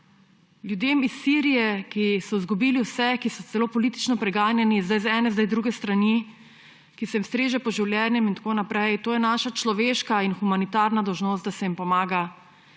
Ljudem iz Sirije, ki so izgubili vse, ki so celo politično preganjani zdaj z ene, zdaj z druge strani, ki se jim streže po življenju in tako naprej, to je naša človeška in humanitarna dolžnost, da se jim pomaga.